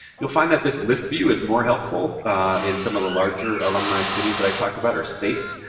you'll find that this list view is more helpful in some of the larger alumni cities that i talked about, or states.